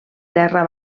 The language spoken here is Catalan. terra